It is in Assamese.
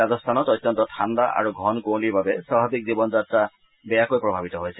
ৰাজস্থানত অত্যন্ত ঠাণ্ডা আৰু ঘন কুঁৱলীৰ বাবে স্বাভাৱিক জীৱনযাত্ৰা বেয়াকৈ প্ৰভাৱিত হৈছে